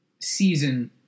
season